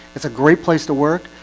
it's a great place to work,